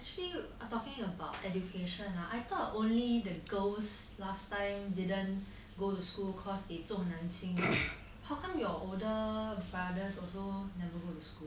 actually talking about education ah I thought only the girls last time didn't go to school cause they 重男轻女 how come your older brothers also never go to school